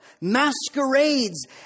masquerades